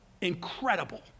Incredible